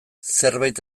zerbait